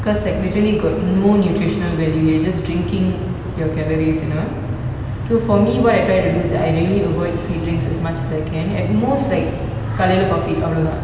cause like literally got no nutritional value you're just drinking your calories you know so for me what I try to do is I really avoid sweet drinks as much as I can at most like காலைல:kalaila coffee அவ்ளோதான்:avlothaan